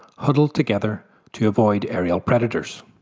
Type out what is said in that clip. huddled together to avoid aerial predators.